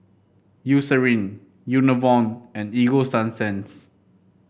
Eucerin Enervon and Ego Sunsense